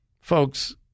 Folks